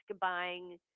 buying